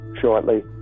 shortly